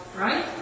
Right